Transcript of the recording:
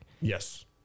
Yes